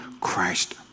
Christ